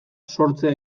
sortzea